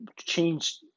change